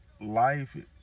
life